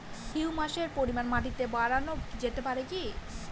হিউমাসের পরিমান মাটিতে বারানো যেতে পারে কি?